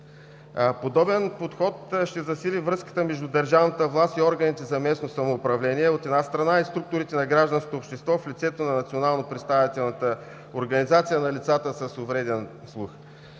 Подобен подход ще засили връзката между държавната власт и органите за местно самоуправление, от една страна, и структурите на гражданското общество в лицето на национално